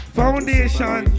foundation